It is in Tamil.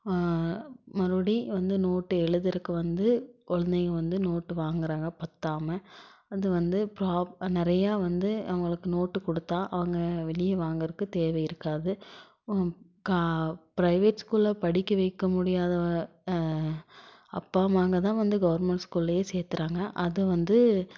மறுபடி வந்து நோட்டு எழுதுகிறக்கு வந்து குழந்தைங்க வந்து நோட்டு வாங்கிறாங்க பற்றாம அது வந்து ப்ரா நிறையா வந்து அவங்களுக்கு நோட்டு கொடுத்தா அவங்க வெளியே வாங்கிறக்கு தேவை இருக்காது கா பிரைவேட் ஸ்கூலில் படிக்க வைக்க முடியாத அப்பா அம்மாங்க தான் வந்து கவுர்மெண்ட் ஸ்கூல்லேயே சேர்த்துறாங்க அதை வந்து